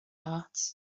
part